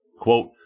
Quote